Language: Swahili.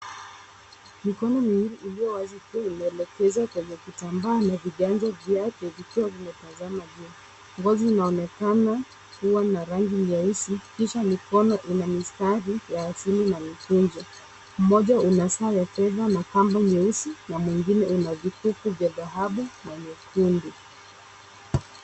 Mikono miwili iliyo wazi ikiwa imeelekeza kwenye vitambaa na viganja vyake vikiwa vimetazama juu. Ngozi inaonekana kuwa na rangi nyeusi, kisha mikono ina mistari ya asili na michenzo. Mmoja una saa ya teza za na kamba nyeusi na mwingine una vikufu vya dhahabu na nyekundu.